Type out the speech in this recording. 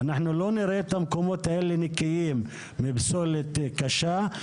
אנחנו לא נראה את המוקמות האלה נקיים מפסולת קשה.